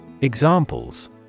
Examples